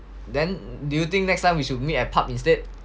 then do you think next time we should meet at pub instead